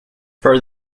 for